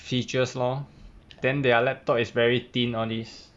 features lor then their laptop is very thin all these